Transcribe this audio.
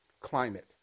Climate